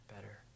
better